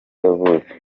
yavutse